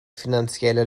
finanzielle